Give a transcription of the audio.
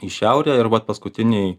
į šiaurę ir vat paskutiniai